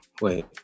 Wait